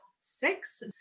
six